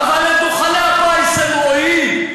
אבל את דוכני הפיס הם רואים,